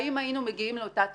האם היינו מגיעים לאותה תוצאה?